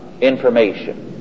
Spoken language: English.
information